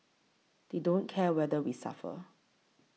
they don't care whether we suffer